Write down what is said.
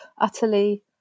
utterly